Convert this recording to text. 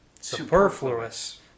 Superfluous